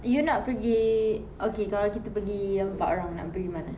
you nak pergi okay kalau kita pergi empat orang nak pergi mana